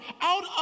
out